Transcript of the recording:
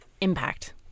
impact